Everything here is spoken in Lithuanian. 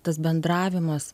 tas bendravimas